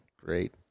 Great